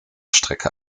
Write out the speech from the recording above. strecke